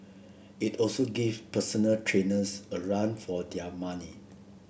it also give personal trainers a run for their money